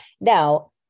Now